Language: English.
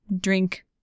drink